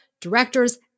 directors